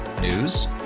News